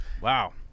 Wow